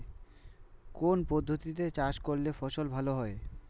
কোন পদ্ধতিতে চাষ করলে ফসল ভালো হয়?